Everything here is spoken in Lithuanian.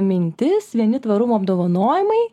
mintis vieni tvarumo apdovanojimai